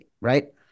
right